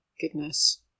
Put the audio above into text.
goodness